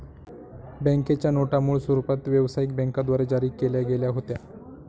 बँकेच्या नोटा मूळ स्वरूपात व्यवसायिक बँकांद्वारे जारी केल्या गेल्या होत्या